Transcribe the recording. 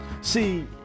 See